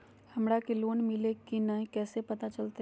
हमरा के लोन मिल्ले की न कैसे पता चलते?